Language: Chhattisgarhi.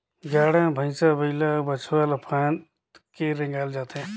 गाड़ा मे भइसा बइला अउ बछवा ल फाएद के रेगाल जाथे